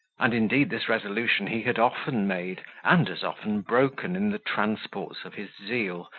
and indeed this resolution he had often made, and as often broken in the transports of his zeal,